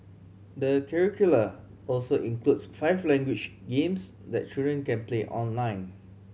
the curricula also includes five language games that children can play online